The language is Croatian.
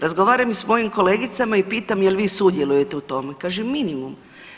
Razgovaram i s mojim kolegicama i pitam je li vi sudjelujete u tome, kaže minimum.